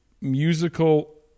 musical